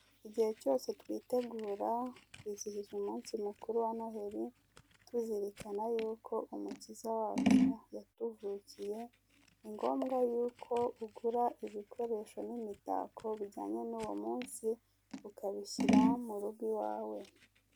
Igihe cyose twitegura kwizijiza umunsi mukuru wa noheli, tuzirikana y'uko umukiza wacu yatuvukiye. Ni ngombwa y'uko ugura ibikoresho n'imitako byuwo munsi ukabishyira mu rugo iwawe.